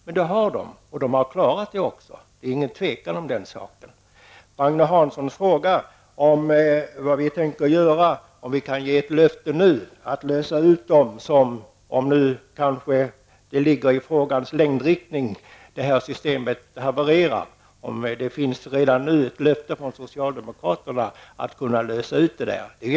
Men det har de vågat sig på, och de har också klarat den uppgiften. Därom råder inget tvivel. Agne Hansson frågar vad vi nu tänker göra. Han frågar om vi kan ge ett löfte om att de skall lösas ut om systemet -- vilket kanske ligger så att säga i frågans längdriktning -- skulle haverera. Jag tycker att frågan egentligen borde ställas till bostadsministern.